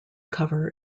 cover